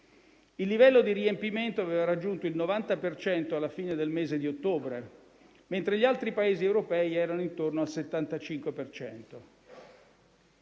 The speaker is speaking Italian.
il livello di riempimento aveva raggiunto il 90 per cento alla fine del mese di ottobre, mentre gli altri Paesi europei erano intorno al 75